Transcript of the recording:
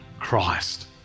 Christ